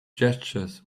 gestures